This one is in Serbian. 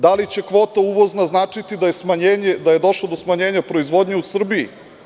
Da li će uvozna kvota značiti da je došlo do smanjenja proizvodnje u Srbiji?